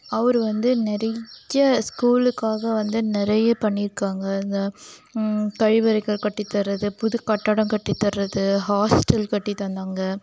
அவரு வந்து நிறைய ஸ்கூலுக்காக வந்து நிறைய பண்ணியிருக்காங்க இந்த கழிவறைகள் கட்டித் தரது புது கட்டடம் கட்டித் தரது ஹாஸ்டல் கட்டித் தந்தாங்க